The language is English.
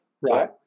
right